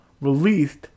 released